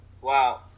Wow